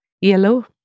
yellow